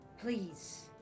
Please